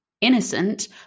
innocent